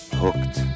hooked